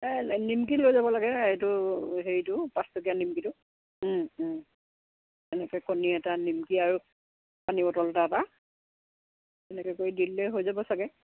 এই নিমকি লৈ যাব লাগে এইটো হেৰিটো পাঁচটকীয়া নিমকিটো এনেকৈ কণী এটা নিমকি আৰু পানী বটল এটা এটা এনেকৈ কৰি দিলেই হৈ যাব চাগে